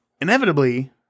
inevitably